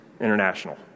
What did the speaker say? International